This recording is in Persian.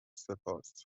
سپاس